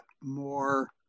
more